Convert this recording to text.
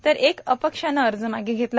तर एक अपक्षानं अर्ज मागे घेतला